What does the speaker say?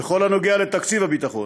בכל הנוגע לתקציב הביטחון.